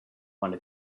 wanna